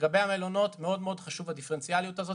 לגבי המלונות הדיפרנציאליות חשובה,